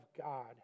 God